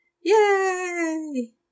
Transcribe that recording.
Yay